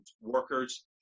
workers